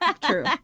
True